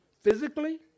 physically